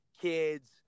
kids